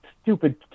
stupid